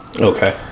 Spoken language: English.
Okay